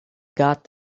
got